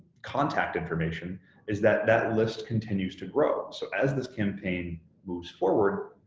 contact information is that that list continues to grow. so as this campaign moves forward,